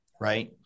right